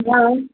हा